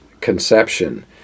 conception